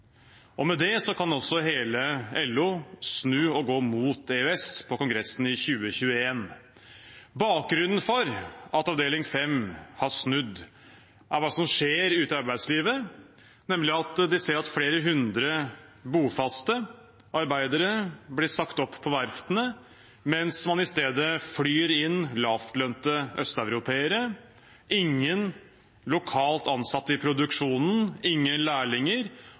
og med det kan også hele LO snu og gå mot EØS på kongressen i 2021. Bakgrunnen for at avdeling 5 har snudd, er hva som skjer ute i arbeidslivet, nemlig at de ser at flere hundre bofaste arbeidere blir sagt opp på verftene, mens man i stedet flyr inn lavtlønte østeuropeere. Det er ingen lokalt ansatte i produksjonen, ingen lærlinger,